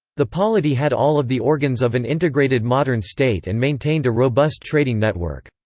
the polity had all of the organs of an integrated modern state and maintained a robust trading network.